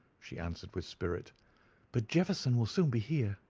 she answered, with spirit but jefferson will soon be here.